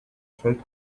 felt